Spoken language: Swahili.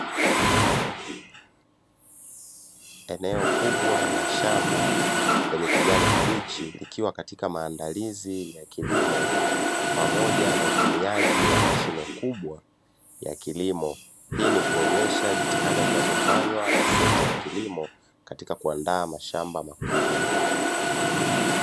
Eneo kubwa la shamba lenye kijani kibichi, likiwa katika maandalizi ya kilimo pamoja na utumiaji wa mashine kubwa ya kilimo. Hii ni kuonyesha jitihada zinazofanywa na sekta ya kilimo katika kuandaa mashamba makubwa.